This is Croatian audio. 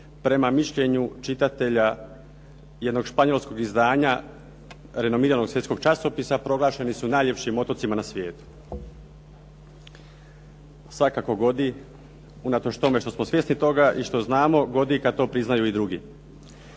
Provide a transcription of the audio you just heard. prema mišljenju čitatelja jednog španjolskog izdanja renomiranog svjetskog časopisa proglašeni su najljepšim otocima na svijetu. Svakako godi unatoč tome što smo svjesni toga i što znamo godi kad to priznaju i drugi.